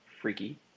Freaky